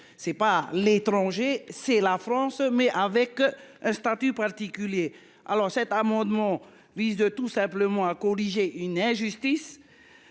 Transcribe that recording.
ce n’est pas à l’étranger, c’est la France, mais avec un statut particulier ! Mon amendement vise tout simplement à corriger une injustice